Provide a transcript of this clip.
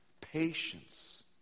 patience